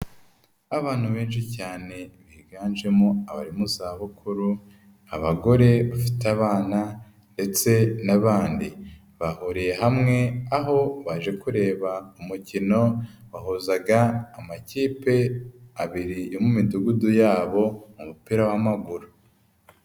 Abantu benshi cyane biganjemo abari mu zabukuru, abagore bafite abana ndetse n'abandi, bahuriye hamwe, aho baje kureba umukino wahuzaga amakipe abiri yo mu midugudu yabo, mu mupira w'amaguru.